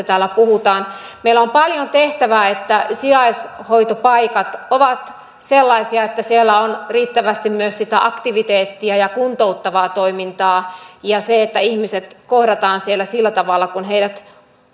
täällä puhutaan meillä on paljon tehtävää jotta sijaishoitopaikat ovat sellaisia että siellä on riittävästi myös sitä aktiviteettia ja kuntouttavaa toimintaa ja ihmiset kohdataan siellä sillä tavalla kuin heidät